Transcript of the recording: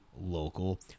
local